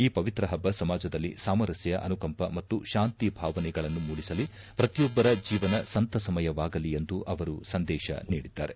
ಈ ಪವಿತ್ರ ಹಬ್ಬ ಸಮಾಜದಲ್ಲಿ ಸಾಮರಸ್ಯ ಅನುಕಂಪ ಮತ್ತು ಶಾಂತಿ ಭಾವನೆಗಳನ್ನು ಮೂಡಿಸಲಿ ಪ್ರತಿಯೊಬ್ಲರ ಜೀವನ ಸಂತಸಮಯವಾಗಲಿ ಎಂದು ಅವರು ಸಂದೇಶ ನೀಡಿದ್ದಾರೆ